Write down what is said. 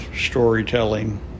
storytelling